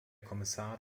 kommissar